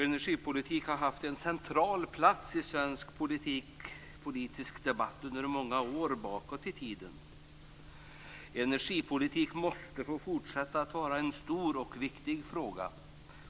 Energipolitik har haft en central plats i svensk politisk debatt under många år bakåt i tiden, och energipolitik måste få fortsätta att vara en stor och viktig fråga.